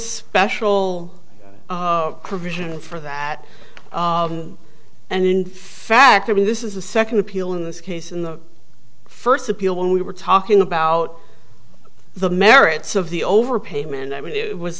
special provision for that and in fact i mean this is the second appeal in this case in the first appeal when we were talking about the merits of the overpayment i mean it was